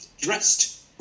dressed